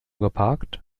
geparkt